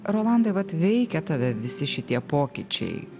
rolandai vat veikia tave visi šitie pokyčiai